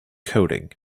coding